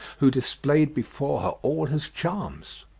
who displayed before her all his charms.